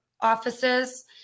offices